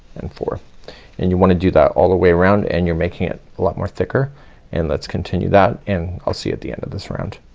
and four and you wanna do that all the way around and you're making it a lot more thicker and let's continue that and i'll see at the end of this round.